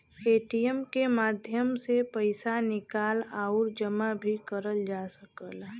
ATM के माध्यम से पइसा निकाल आउर जमा भी करल जा सकला